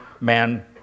man